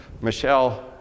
Michelle